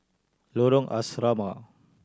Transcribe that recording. Lorong Asrama